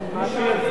אני שואל,